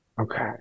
Okay